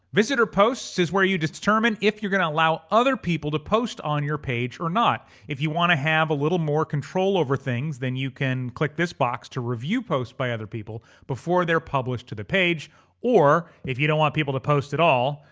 visitor posts is where you determine if you're gonna allow other people to post on your page or not. if you wanna have a little more control over things, then you can click this box to review posts by other people before they're published to the page or if you don't want people to post at all,